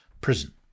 prison